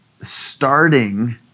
starting